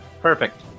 Perfect